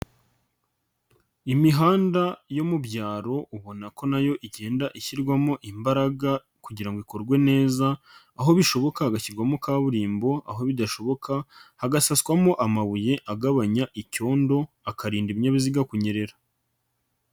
Imihanda yo mu byaro ubona ko nayo igenda ishyirwamo imbaraga kugira ikorwe neza, aho bishoboka hagashyirwamo kaburimbo, aho bidashoboka hagafaswamo amabuye agabanya icyondo akarinda ibinyabiziga kunyerera.